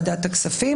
האוצר.